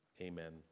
Amen